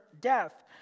death